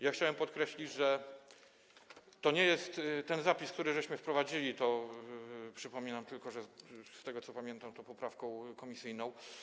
Ja chciałem podkreślić, że to nie jest ten zapis, który wprowadziliśmy - to przypominam tylko - z tego, co pamiętam, tą poprawką komisyjną.